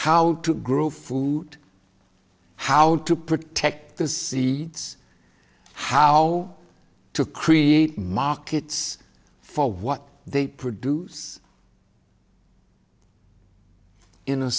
how to grow food how to protect the seeds how to create markets for what they produce in a